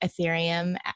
Ethereum